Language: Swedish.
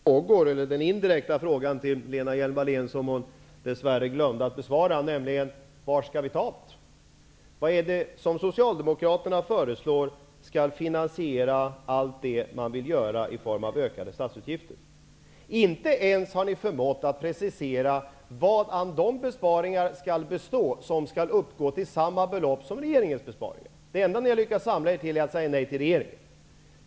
Herr talman! Får jag påminna om en indirekt fråga till Lena Hjelm-Wallén, som hon dess värre glömde att besvara: Var skall vi ta't? Vad är det som Socialdemokraterna föreslår skall finansiera allt det man vill göra och som innebär ökade statsutgifter? Ni har inte ens förmått att precisera vadan de besparingar skall bestå som skall uppgå till samma belopp som regeringens besparingar. Det enda ni har lyckats samla er kring är att säga nej till regeringen.